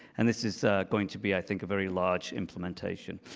and this is going to be, i think, a very large implementation.